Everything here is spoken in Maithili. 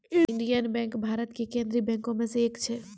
इंडियन बैंक भारत के केन्द्रीय बैंको मे से एक छै